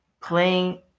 playing